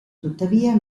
tuttavia